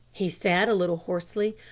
he said a little hoarsely.